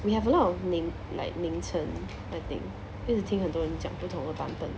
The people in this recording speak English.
we have a lot of like I think 一直听很多人讲不同的版本